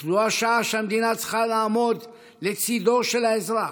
אך זו השעה שהמדינה צריכה לעמוד לצידו של האזרח.